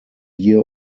year